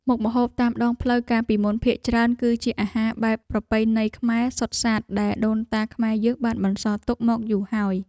មុខម្ហូបតាមដងផ្លូវកាលពីមុនភាគច្រើន គឺជាអាហារបែបប្រពៃណីខ្មែរសុទ្ធសាធដែលដូនតាខ្មែរយើងបានបន្សល់ទុកមកយូរហើយ។